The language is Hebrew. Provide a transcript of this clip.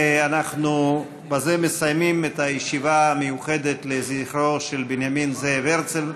בזה אנחנו מסיימים את הישיבה המיוחדת לזכרו של בנימין זאב הרצל.